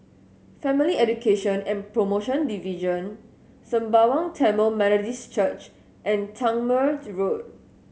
Family Education and Promotion Division Sembawang Tamil Methodist Church and Tangmere Road